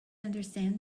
understand